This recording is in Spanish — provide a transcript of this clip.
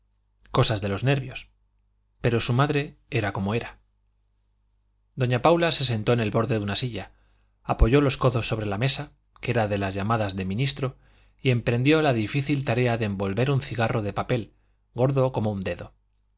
cosas de los nervios pero su madre era como era doña paula se sentó en el borde de una silla apoyó los codos sobre la mesa que era de las llamadas de ministro y emprendió la difícil tarea de envolver un cigarro de papel gordo como un dedo